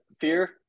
fear